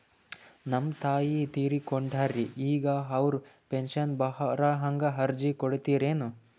ನಮ್ ತಾಯಿ ತೀರಕೊಂಡಾರ್ರಿ ಈಗ ಅವ್ರ ಪೆಂಶನ್ ಬರಹಂಗ ಅರ್ಜಿ ಕೊಡತೀರೆನು?